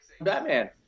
Batman